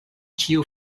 ĉiu